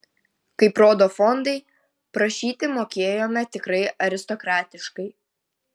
kaip rodo fondai prašyti mokėjome tikrai aristokratiškai